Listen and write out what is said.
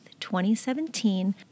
2017